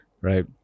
Right